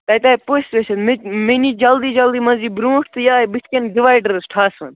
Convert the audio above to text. تَتہِ آیہِ پٔژھۍ ٲسِتھ مےٚ مےٚ نِی جلدی جلدی منٛز یہِ برٛونٛٹھ تہٕ یہِ آیہِ بُتھِ کَنہِ ڈِوایڈرس ٹھاسنہٕ